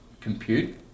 compute